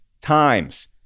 times